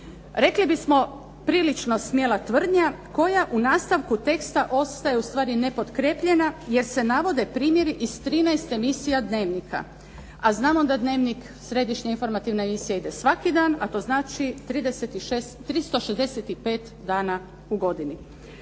Rekli bismo prilično smjela tvrdnja koja u nastavku teksta ostaje ustvari nepotkrijepljena jer se navode primjeri iz 13 emisija Dnevnika a znamo da Dnevnik središnja informativna emisija ide svaki dan a to znači 365 dana u godini.